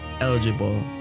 eligible